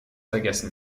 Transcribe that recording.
vergessen